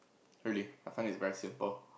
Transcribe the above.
really I find it's very simple